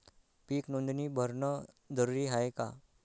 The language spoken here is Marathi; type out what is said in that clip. पीक नोंदनी भरनं जरूरी हाये का?